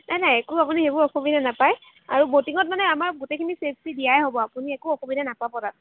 নাই নাই একো আপুনি সেইবোৰ অসুবিধা নাপায় আৰু ব'টিঙত মানে আমাৰ গোটেইখিনি চেফটি দিয়াই হ'ব আপুনি একো অসুবিধা নাপাব তাত